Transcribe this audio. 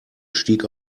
stieg